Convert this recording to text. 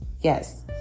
Yes